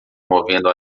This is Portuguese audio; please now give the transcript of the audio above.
movendo